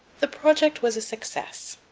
the project was a success.